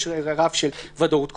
יש רף של "ודאות קרובה",